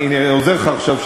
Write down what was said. ואני עוזר לך עכשיו,